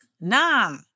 Nah